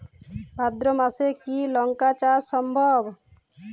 ভাদ্র মাসে কি লঙ্কা চাষ সম্ভব?